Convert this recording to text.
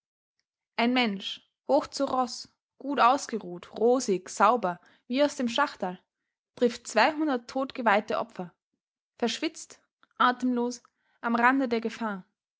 ein mensch hoch zu roß gut ausgeruht rosig sauber wie aus dem schachterl trifft zweihundert todgeweihte opfer verschwitzt atemlos am rande der gefahr